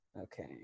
okay